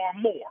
more